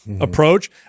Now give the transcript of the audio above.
approach